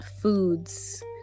Foods